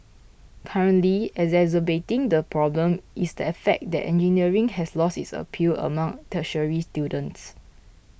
currently exacerbating the problem is the fact that engineering has lost its appeal among tertiary students